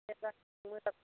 दे गाइखेर मोजां